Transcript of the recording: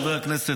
חברי הכנסת,